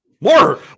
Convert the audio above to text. more